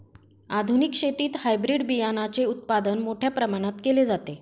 आधुनिक शेतीत हायब्रिड बियाणाचे उत्पादन मोठ्या प्रमाणात केले जाते